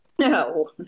No